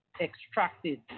extracted